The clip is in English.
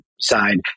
side